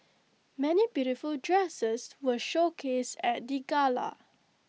many beautiful dresses were showcased at the gala